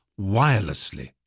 wirelessly